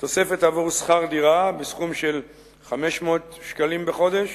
תוספת עבור שכר דירה, בסכום של 500 שקלים בחודש,